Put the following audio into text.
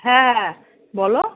হ্যাঁ বলো